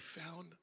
found